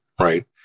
right